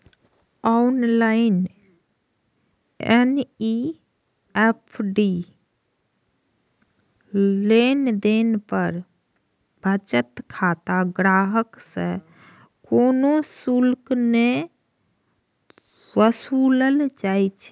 online NEFT लेनदेन पर बचत खाता ग्राहक सं कोनो शुल्क नै वसूलल जाइ छै